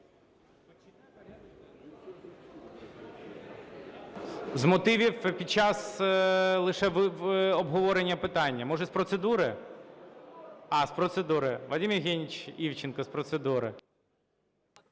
З мотивів – під час лише обговорення питання. Може, з процедури? А, з процедури. Вадим Євгенович Івченко, з процедури.